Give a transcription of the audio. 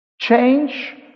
Change